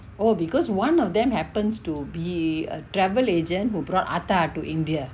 oh because one of them happens to be a travel agent who brought aatta to india